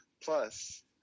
Plus